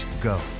go